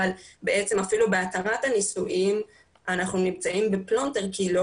אבל בעצם אפילו בהתרת הנישואים אנחנו נמצאים בפלונטר כי לא